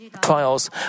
trials